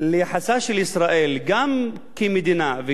גם כמדינה וגם כרשויות חוק,